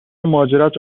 مهاجرت